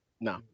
No